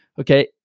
okay